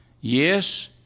Yes